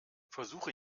versuche